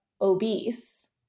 obese